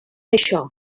això